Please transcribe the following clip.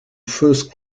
first